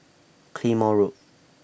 Claymore Road